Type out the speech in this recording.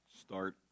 start